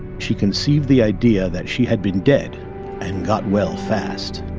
she conceived the idea that she had been dead and got well fast